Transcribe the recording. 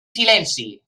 silenci